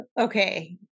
Okay